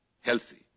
healthy